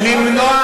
למנוע,